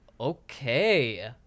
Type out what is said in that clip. Okay